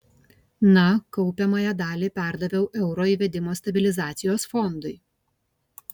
na kaupiamąją dalį perdaviau euro įvedimo stabilizacijos fondui